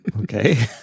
Okay